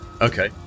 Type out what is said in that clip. Okay